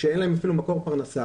שאין להם אפילו מקור פרנסה,